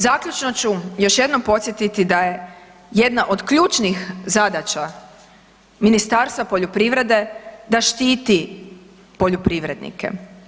Zaključno ću još jednom posjetiti da je jedna od ključnih zadaća Ministarstva poljoprivrede da štiti poljoprivrednike.